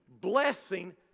blessing